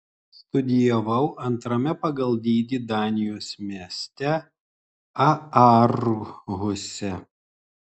studijavau antrame pagal dydį danijos mieste aarhuse